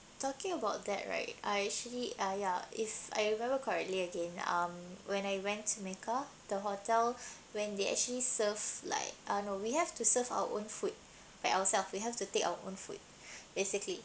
talking about that right I actually ah ya if I remember correctly again um when I went mecca the hotel when they actually serve like ah no we have to serve our own food by ourself we have to take our own food basically